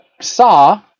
saw